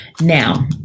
Now